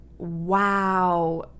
wow